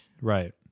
Right